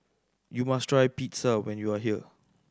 you must try Pizza when you are here